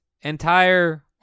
entire